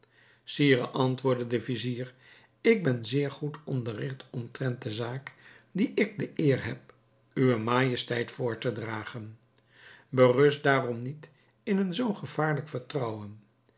sire antwoordde de vizier ik ben zeer goed onderrigt omtrent de zaak die ik de eer heb uwe majesteit voor te dragen berust daarom niet in een zoo gevaarlijk vertrouwen